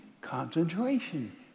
concentration